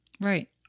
Right